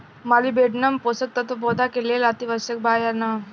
Molybdenum पोषक तत्व पौधा के लेल अतिआवश्यक बा या न?